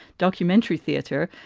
documentary theater.